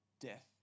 death